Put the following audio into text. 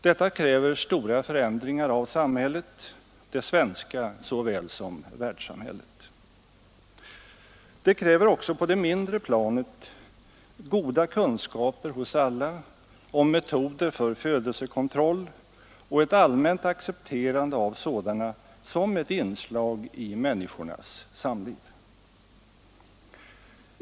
Detta kräver stora förändringar av samhället, det svenska såväl som världssamhället. Det kräver också på det mindre planet goda kunskaper hos alla om metoder för födelsekontroll och ett allmänt accepterande av sådana som ett inslag i människornas samliv.